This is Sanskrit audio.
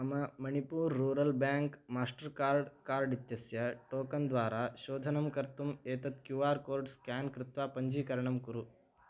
मम Manipur rural bank Mastercard card इत्यस्य टोकन् द्वारा शोधनं कर्तुम् एतत् क्यू आर् कोड् स्केन् कृत्वा पञ्जीकरणं कुरु